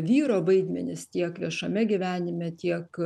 vyro vaidmenis tiek viešame gyvenime tiek